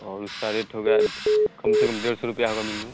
और उसका रेट हो गया कम से कम डेढ़ सौ रुपया होगा मिनिमम